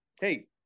hey